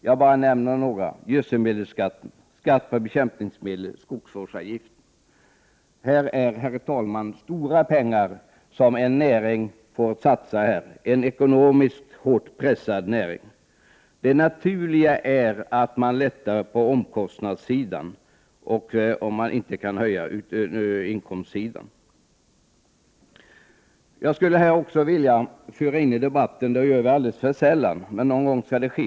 Jag nämner bara några: gödselmedelsskatten, skatt på bekämpningsmedel, skogsvårdsavgift. Det är, herr talman, stora pengar som en ekonomiskt hårt pressad näring får lov att satsa här. Det naturliga är att lätta på omkostnadssidan, om man inte kan höja inkomstsidan. Jag skulle också vilja föra in något i debatten som vi talar om alldeles för sällan, men någon gång skall det ske.